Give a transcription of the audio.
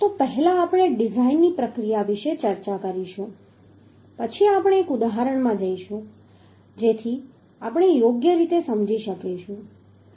તો પહેલા આપણે ડીઝાઈનની પ્રક્રિયા વિશે ચર્ચા કરીશું પછી આપણે એક ઉદાહરણમાં જઈશું જેથી આપણે સમજી શકીશું